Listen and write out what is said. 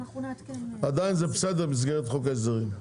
עדיין זה בסדר במסגרת חוק ההסדרים.